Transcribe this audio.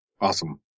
Awesome